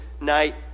night